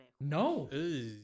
no